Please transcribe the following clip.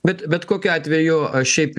bet bet kokiu atveju šiaip